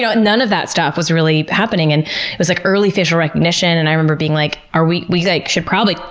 ah none of that stuff was really happening. and it was, like, early facial recognition, and i remember being like, we we like should probably,